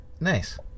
Nice